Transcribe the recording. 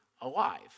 alive